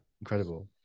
incredible